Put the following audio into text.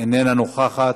אינה נוכחת,